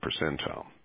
percentile